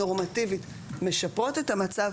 נורמטיבית משפרות את המצב,